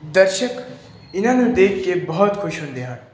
ਦਰਸ਼ਕ ਇਹਨਾਂ ਨੂੰ ਦੇਖ ਕੇ ਬਹੁਤ ਖੁਸ਼ ਹੁੰਦੇ ਹਨ